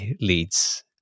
leads